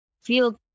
feel